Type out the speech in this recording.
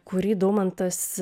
kurį daumantas